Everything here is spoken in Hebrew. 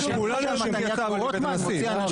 חשבתי שנגיע להסכמות רחבות פה היום.